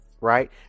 Right